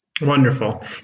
Wonderful